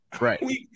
Right